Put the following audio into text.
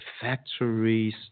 factories